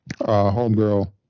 homegirl